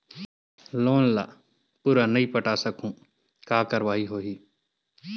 Loan ला पूरा नई पटा सकहुं का कारवाही होही?